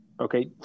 Okay